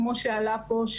כמו שעלה פה,